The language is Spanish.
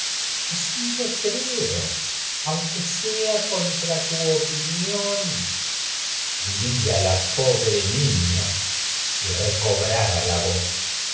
asi lo creo aunque sea nión diría la pobre niña si recobrara la go